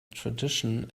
tradition